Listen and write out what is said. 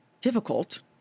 difficult